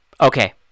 okay